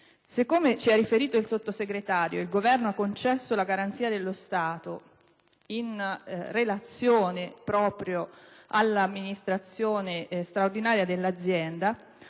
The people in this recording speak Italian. come ci ha riferito il Sottosegretario, il Governo ha concesso la garanzia dello Stato in relazione proprio all'amministrazione straordinaria dell'azienda,